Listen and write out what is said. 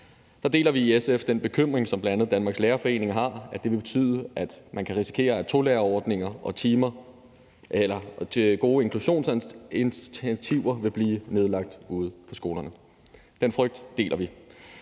Der deler vi i SF den bekymring, som bl.a. Danmarks Lærerforening har, at det vil betyde, at man kan risikere, at tolærerordninger og timer til gode inklusionsinitiativer vil blive nedlagt ude på skolerne. Den frygt deler vi.